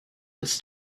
its